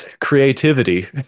creativity